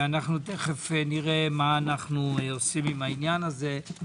ותכף נראה מה אנו עושים בעניין הזה.